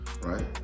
Right